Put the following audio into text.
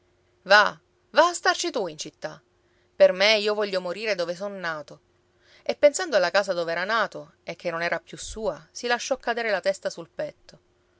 va va a starci tu in città per me io voglio morire dove son nato e pensando alla casa dove era nato e che non era più sua si lasciò cadere la testa sul petto